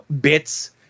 bits